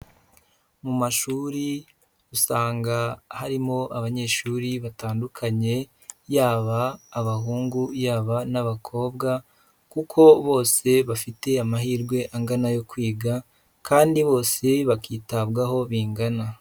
Mu mashuri usanga harimo abanyeshuri batandukanye yaba abahungu, yaba n'abakobwa kuko bose bafite amahirwe angana yo kwiga, kandi bose bakitabwaho bingana.